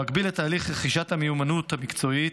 במקביל לתהליך רכישת המיומנות המקצועית,